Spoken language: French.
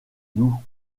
nous